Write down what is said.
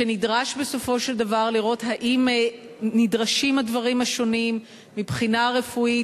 שנדרש בסופו של דבר לראות אם נדרשים הדברים השונים מבחינה רפואית,